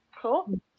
Cool